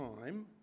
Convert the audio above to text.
time